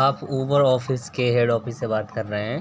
آپ Uber office کے head office سے بات کر رہے ہیں